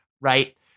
right